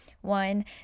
one